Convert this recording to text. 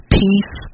peace